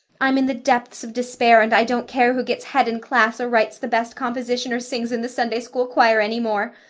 i'm in the depths of despair and i don't care who gets head in class or writes the best composition or sings in the sunday-school choir any more.